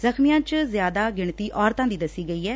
ਜ਼ਖ਼ਮੀਆਂ ਚ ਜ਼ਿਆਦਾ ਗਿਣਤੀ ਔਰਤਾਂ ਦੀ ਦੱਸੀ ਗਈ ਐ